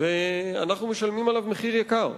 ואנחנו משלמים עליו מחיר יקר.